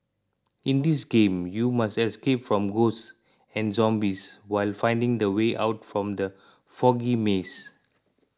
in this game you must escape from ghosts and zombies while finding the way out from the foggy maze